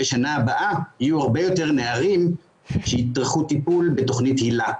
בשנה הבאה יהיו הרבה יותר נערים שיצטרכו טיפול בתכנית היל"ה,